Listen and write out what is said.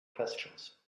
questions